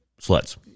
sluts